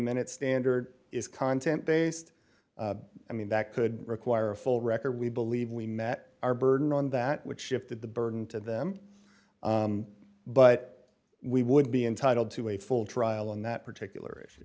minute standard is content based i mean that could require a full record we believe we met our burden on that which shifted the burden to them but we would be entitled to a full trial on that particular is